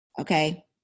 okay